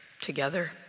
together